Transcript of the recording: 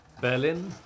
Berlin